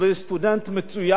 הוא סטודנט מצוין,